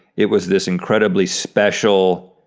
it was this incredibly special,